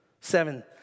Seven